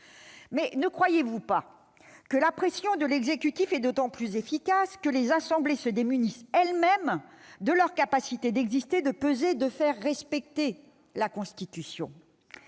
Mais ne croyez-vous pas que la pression de l'exécutif est d'autant plus efficace que les assemblées se démunissent elles-mêmes de leur capacité d'exister, de peser, de faire respecter la Constitution ?